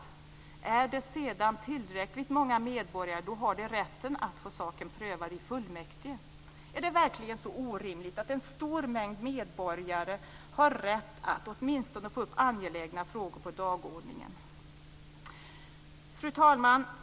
Gäller det sedan tillräckligt många medborgare bör de ha rätt att få saken prövad i fullmäktige. Är det verkligen så orimligt att en stor mängd medborgare ska ha rätt att åtminstone få upp angelägna frågor på dagordningen? Fru talman!